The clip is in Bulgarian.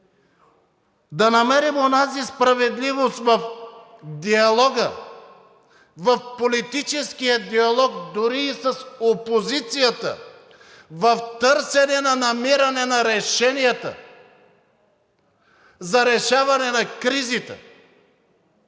да намерим онази справедливост в диалога – в политическия диалог, дори и с опозицията, в търсене на намиране на решенията за решаване на кризите,